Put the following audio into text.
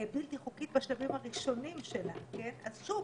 בלתי חוקית בשלבים הראשונים שלה, שוב,